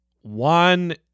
one